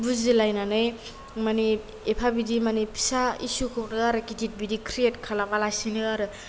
बुजिलायनानै मानि एफा बिदि मानि फिसा इचुखौनो आरोखि गिदिद बिदि क्रियेट खालामा लासिनो आरो